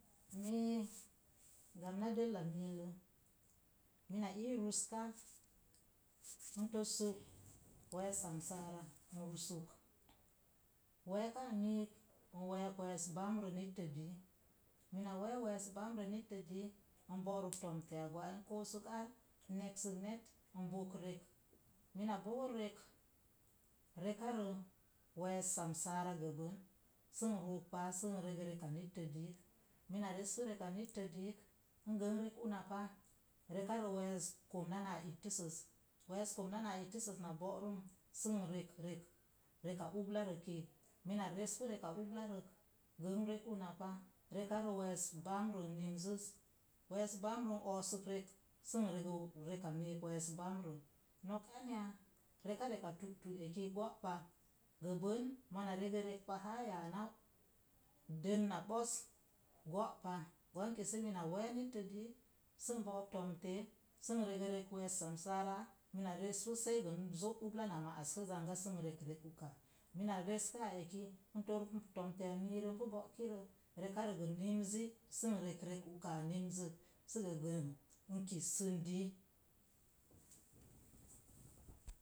Mee gbana della mill ie mina ii ruska n tosək wess samsara n rusuk weka a miik n wek wess bamburə nettə elii mina wee wess bamborə nettə elii n boruk tomte a gwai n kosək er n negsə net. N bool rek mina bogə rek rekə rə wes samsara gbən sə n ruk pá sə n reg reka rook mina res pu reka nette diik ngə rek una pa rekarə wass komna naa ittizəzs, wess komna náá ittizəz na bórum sə n reg rek, rek all rək ki mina reski rek ulla rek n rek una pa reka rə wess bamburo nemsiz, wess bamburə in osik rek sə n regə reka miik wess bamborə nok anya reka reka tutu ai gópa, gə ɓən mona regə rek laa yanaa dən na ɓos go'pa kwen ki mina we netle dii sə n book tomttə a ei ma reg rek wess samsara mina res sei mina zo ulba na mə'sa pu zang sə n reg rek uka mana res pu a eti n tork tomte a mii n pi bo'ki rei raka rə gə nimzi sə in reg reka animzok sa m kisən dii